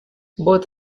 both